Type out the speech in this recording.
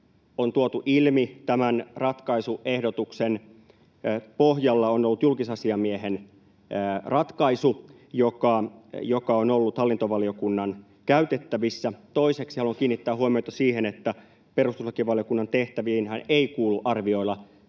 on tuotu ilmi, tämän ratkaisuehdotuksen pohjalla on ollut julkisasiamiehen ratkaisu, joka on ollut hallintovaliokunnan käytettävissä. Toiseksi haluan kiinnittää huomiota siihen, että perustuslakivaliokunnan tehtäviinhän ei kuulu arvioida